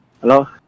Hello